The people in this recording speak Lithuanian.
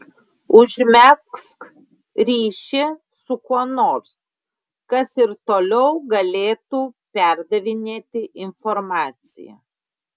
užmegzk ryšį su kuo nors kas ir toliau galėtų perdavinėti informaciją